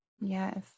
Yes